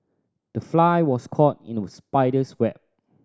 the fly was caught in the spider's web